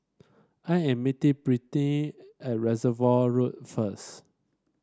I am meeting Brittni at Reservoir Road first